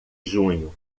junho